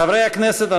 חברי הכנסת,